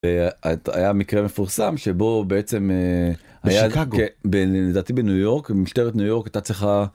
היה מקרה מפורסם שבו בעצם היה לדעתי בניו יורק, משטרת ניו יורק הייתה צריכה.